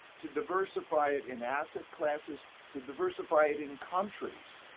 to diversify it in asset classes, to diversify it in countries.